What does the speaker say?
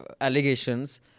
allegations